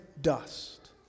dust